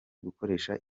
gukoresha